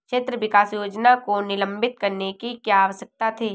क्षेत्र विकास योजना को निलंबित करने की क्या आवश्यकता थी?